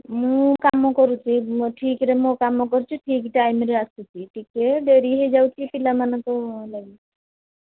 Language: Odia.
ମୁଁ କାମ କରୁଛି ଠିକ୍ରେ ମୋ କାମ କରୁଛି ଠିକ୍ ଟାଇମ୍ରେ ଆସୁଛି ଟିକେ ଡେରି ହେଇଯାଉଛି ପିଲାମାନଙ୍କ ଲାଗି